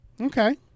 Okay